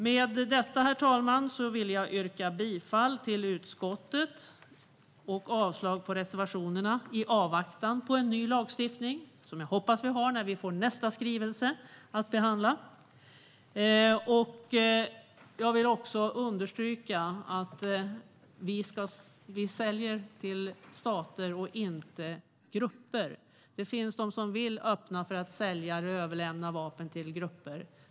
Med detta, herr talman, vill jag yrka bifall till utskottets förslag och avslag på reservationerna i avvaktan på en ny lagstiftning, som jag hoppas att vi har när vi får nästa skrivelse att behandla. Jag vill också understryka att vi säljer till stater och inte till grupper. Det finns de som vill öppna för att sälja eller överlämna vapen till grupper.